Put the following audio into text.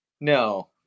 No